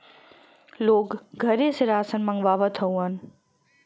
लोग घरे से रासन मंगवावत हउवन